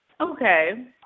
Okay